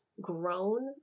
grown